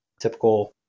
Typical